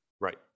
right